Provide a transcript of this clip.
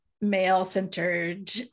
male-centered